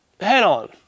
head-on